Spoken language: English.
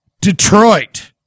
Detroit